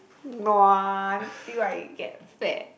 nua until I get fat